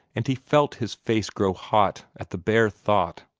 and he felt his face grow hot at the bare thought.